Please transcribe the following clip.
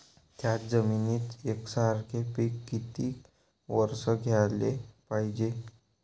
थ्याच जमिनीत यकसारखे पिकं किती वरसं घ्याले पायजे?